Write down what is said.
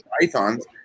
pythons